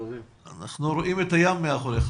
נשמח להתייחסות כללית